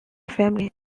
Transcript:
family